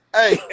hey